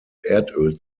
erdöl